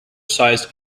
sized